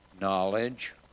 knowledge